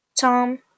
Tom